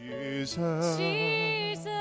Jesus